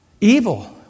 evil